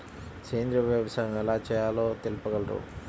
సేంద్రీయ వ్యవసాయం ఎలా చేయాలో తెలుపగలరు?